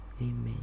Amen